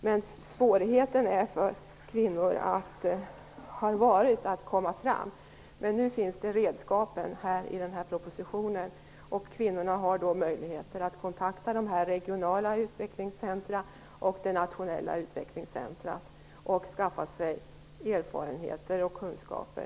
Men kvinnor har haft svårigheter att ta sig fram. Men nu finns redskapen i propositionen, och kvinnan har möjlighet att kontakta dessa regionala utvecklingscentra och det nationella utvecklingscentrat och skaffa sig erfarenheter och kunskaper.